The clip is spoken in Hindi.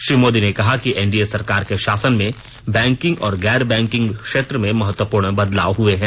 श्री मोदी ने कहा कि एनडीए सरकार के शासन में बैकिंग और गैर बैकिंग क्षेत्र में महत्वंपूर्ण बदलाव हए हैं